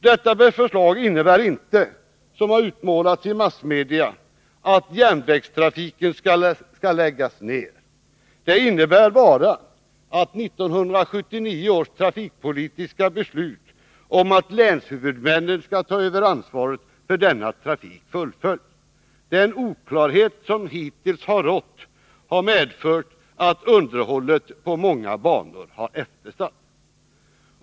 Detta förslag innebär inte, såsom har utmålats i massmedia, att järnvägstrafiken skall läggas ned. Det innebär bara att 1979 års trafikpolitiska beslut om att länshuvudmännen skall ta över ansvaret för denna trafik fullföljs. Den oklarhet som hittills har rått har medfört att underhållet på många banor har eftersatts.